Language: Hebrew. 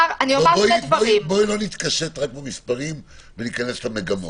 בואי לא נתקשט רק במספרים וניכנס למגמות.